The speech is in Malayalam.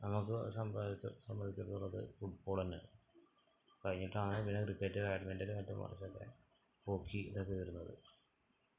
നമുക്ക് സംബന്ധിച്ചിടത്തോളമത് ഫുട്ബോളന്നാണ് കഴിഞ്ഞിട്ടാണ് പിന്നെ ക്രിക്കറ്റ് ബാഡ്മിൻ്റല് മറ്റേ കുറച്ചൊക്കെ ഹോക്കി ഇതൊക്കെ വരുന്നത്